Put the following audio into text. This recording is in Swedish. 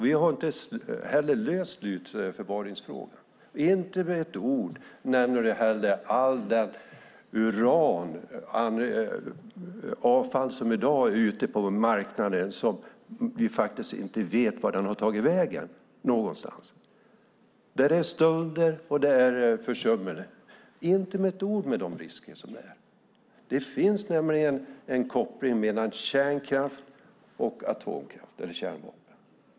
Vi har inte heller löst slutförvarsfrågan. Inte med ett ord nämner Cecilie heller allt det avfall som i dag är ute på marknaden och som vi faktiskt inte vet var det har tagit vägen någonstans. Det är stölder och försummelser. Men inte ett ord om de risker som finns. Det finns nämligen en koppling mellan kärnkraft och kärnvapen.